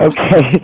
Okay